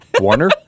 Warner